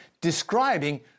describing